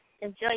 Enjoy